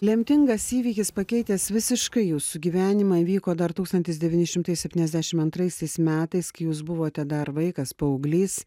lemtingas įvykis pakeitęs visiškai jūsų gyvenimą įvyko dar tūkstantis devyni šimtai septyniasdešimt antraisiais metais kai jūs buvote dar vaikas paauglys